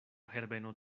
herbeno